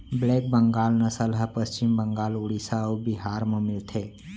black Bengal नसल ह पस्चिम बंगाल, उड़ीसा अउ बिहार म मिलथे